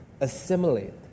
assimilate